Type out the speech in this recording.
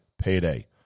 payday